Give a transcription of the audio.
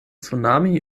tsunami